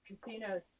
casinos